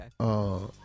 Okay